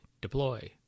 deploy